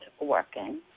working